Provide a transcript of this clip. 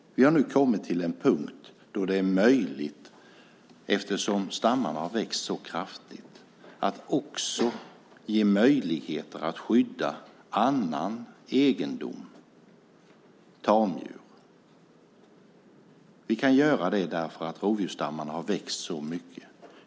Vi har nu kommit till en punkt då det är möjligt, eftersom stammarna har växt så kraftigt, att också ge möjligheter att skydda annan egendom, nämligen tamdjur. Vi kan göra det därför att rovdjursstammarna har växt så mycket.